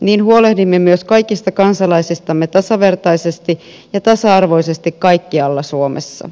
niin huolehdimme myös kaikista kansalaisistamme tasavertaisesti ja tasa arvoisesti kaikkialla suomessa